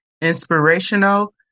inspirational